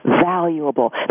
valuable